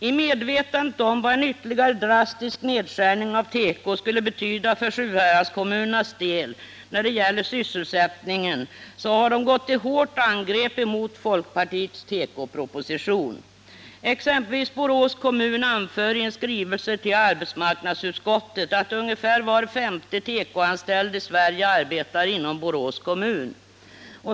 I medvetande om vad en ytterligare drastisk nedskärning av teko skulle betyda för Sjuhäradskommunernas del när det gäller sysselsättningen har de gått till hårt angrepp mot folkpartiets tekoproposition. Borås kommun anför exempelvis i en skrivelse till arbetsmarknadsutskottet att ungefär var femte tekoanställd i Sverige arbetar inom Borås kommun.